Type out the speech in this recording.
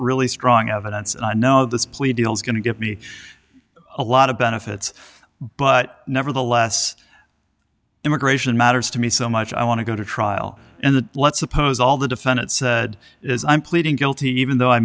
really strong evidence and i know this plea deal is going to get me a lot of benefits but nevertheless immigration matters to me so much i want to go to trial and let's suppose all the defendant said is i'm pleading guilty even though i